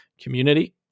community